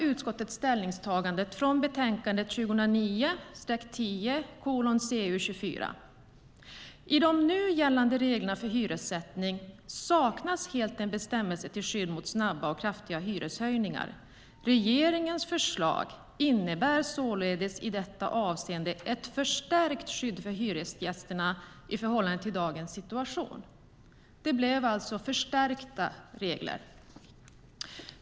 Utskottets ställningstagande framgår i betänkande 2009/10:CU24: "I de nu gällande reglerna för hyressättning saknas helt en bestämmelse till skydd mot snabba och kraftiga hyreshöjningar. Regeringens förslag innebär således i detta avseende ett förstärkt skydd för hyresgästerna i förhållande till dagens situation." Det blev alltså förstärkta regler.